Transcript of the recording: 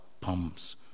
pumps